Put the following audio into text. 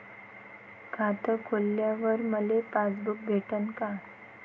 खातं खोलल्यावर मले पासबुक भेटन का?